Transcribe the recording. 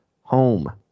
home